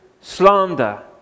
slander